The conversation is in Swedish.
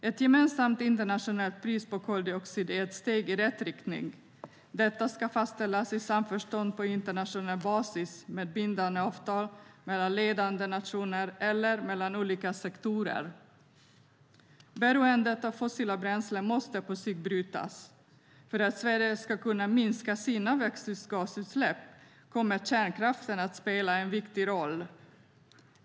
Ett gemensamt internationellt pris på koldioxid är ett steg i rätt riktning. Detta ska fastställas i samförstånd på internationell basis med bindande avtal mellan ledande nationer eller mellan olika sektorer. Beroendet av fossila bränslen måste på sikt brytas. För att Sverige ska kunna minska sina växthusgasutsläpp kommer kärnkraften att spela en viktig roll.